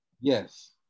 Yes